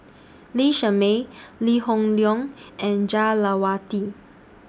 Lee Shermay Lee Hoon Leong and Jah Lelawati